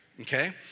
Okay